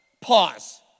Pause